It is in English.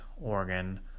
Oregon